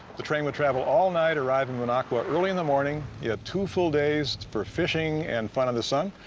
the train would travel all night, arrive in minocqua early in the morning. you had two full days for fishing and fun in the sun.